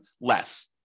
less